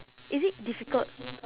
is it difficult